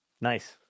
Nice